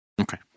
Okay